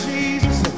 Jesus